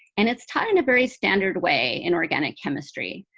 and it's taught in a very standard way in organic chemistry.